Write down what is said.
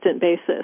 basis